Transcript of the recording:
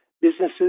businesses